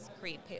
create